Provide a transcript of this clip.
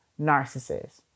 narcissist